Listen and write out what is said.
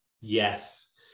Yes